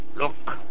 Look